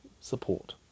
support